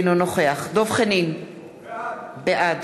אינו נוכח דב חנין, בעד